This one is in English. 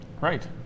Right